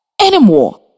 anymore